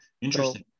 interesting